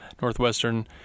Northwestern